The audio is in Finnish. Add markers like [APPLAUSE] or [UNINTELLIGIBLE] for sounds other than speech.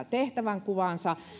[UNINTELLIGIBLE] tehtävänkuvaansa